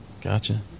Gotcha